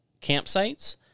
campsites